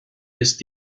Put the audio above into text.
ist